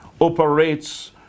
operates